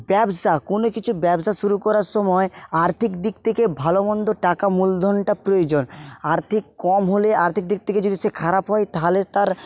ব্যবসা কোনো কিছু ব্যবসা শুরু করার সময় আর্থিক দিক থেকে ভালো মন্দ টাকা মূলধনটা প্রয়োজন আর্থিক কম হলে আর্থিক দিক থেকে যদি সে খারাপ হয় তাহলে তার